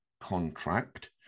contract